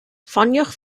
ffoniwch